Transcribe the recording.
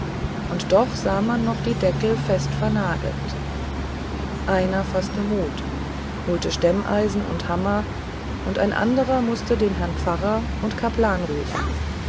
und doch sah man noch die deckel fest vernagelt einer faßte mut holte stemmeisen und hammer und ein anderer mußte den herrn pfarrer und kaplan rufen